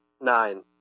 Nine